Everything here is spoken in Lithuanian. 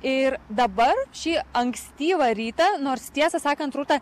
ir dabar šį ankstyvą rytą nors tiesą sakant rūta